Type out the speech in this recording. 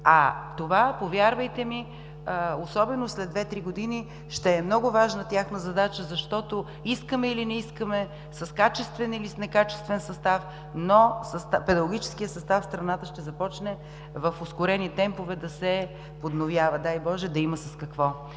А това, повярвайте ми, след 2 – 3 години ще е много важна тяхна задача, защото искаме или не искаме, с качествен или с качествен състав, но педагогическият състав в страната ще започне в ускорени темпове да се подновява. Дай Боже, да има с какво!